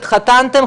התחתנתם,